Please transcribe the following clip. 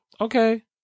okay